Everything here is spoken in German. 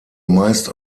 meist